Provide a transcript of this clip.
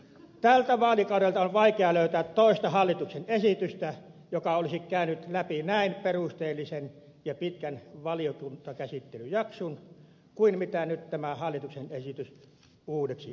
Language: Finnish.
tältä vaalikaudelta on vaikea löytää toista hallituksen esitystä joka olisi käynyt läpi näin perusteellisen ja pitkän valiokuntakäsittelyjakson kuin mitä nyt tämä hallituksen esitys uudeksi aselaiksi